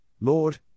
Lord